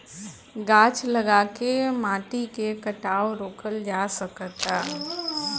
गाछ लगा के माटी के कटाव रोकल जा सकता